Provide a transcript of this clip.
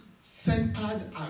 centered